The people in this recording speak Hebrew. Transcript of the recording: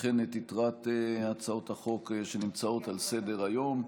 וכן את יתרת הצעות החוק שנמצאות על סדר-היום.